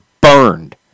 burned